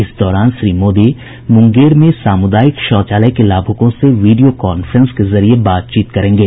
इस दौरान श्री मोदी मुंगेर में सामुदायिक शौचालय के लाभुकों से वीडियो कांफ्रेंस के जरिये बातचीत भी करेंगे